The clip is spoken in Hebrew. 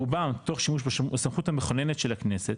רובם תוך שימוש בסמכות המכוננת של הכנסת,